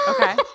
Okay